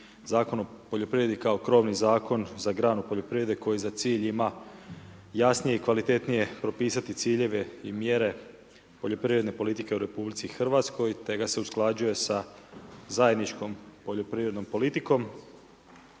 Zakon o poljoprivredi, kao krovni zakon za granu poljoprivrede koji za cilj ima jasnije i kvalitenije propisati ciljeve i mjere poljoprivredne politike u RH, te ga se usklađuje sa zajedničkom poljoprivrednom politikom.